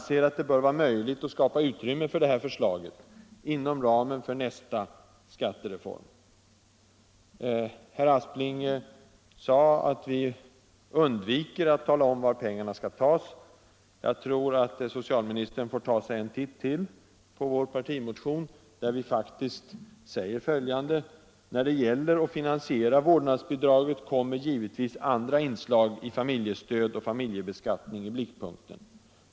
Socialminister Aspling sade att vi undviker att tala om var pengarna skall tas. Jag tror att socialministern får ta sig en titt till på vår partimotion, där vi faktiskt säger följande: ”När det gäller att finansiera vårdnadsbidraget kommer givetvis andra inslag beträffande familjestöd och familjebeskattning i blickpunkten.